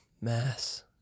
mass